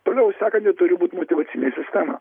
toliau sekanti turi būti motyvacinė sistema